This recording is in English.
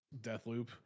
Deathloop